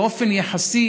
באופן יחסי,